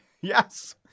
Yes